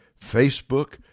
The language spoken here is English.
Facebook